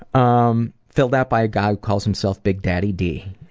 um filled out by a guy who calls himself big daddy d.